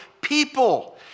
people